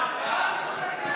ההצעה